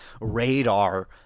radar